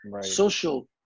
social